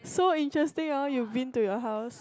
so interesting ah all you been to your house